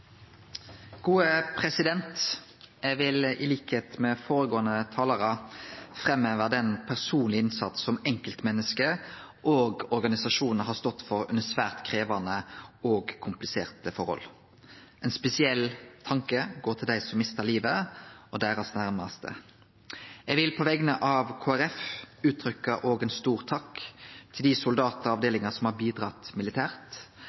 Eg vil til liks med føregåande talarar framheve den personlege innsatsen som enkeltmenneske og organisasjonar har stått for under svært krevjande og kompliserte forhold. Ein spesiell tanke går til dei som mista livet og deira næraste. Eg vil på vegner av Kristeleg Folkeparti òg uttrykkje ein stor takk til dei soldatane og avdelingane som har bidratt militært,